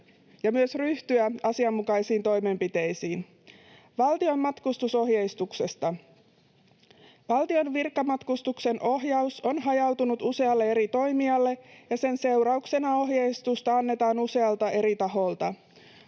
ja myös ryhtyä asianmukaisiin toimenpiteisiin. Valtion matkustusohjeistuksesta: Valtion virkamatkustuksen ohjaus on hajautunut usealle eri toimijalle, ja sen seurauksena ohjeistusta annetaan usealta eri taholta.